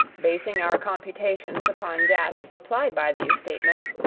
basing our computations upon data supplied by these statements,